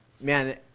man